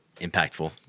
impactful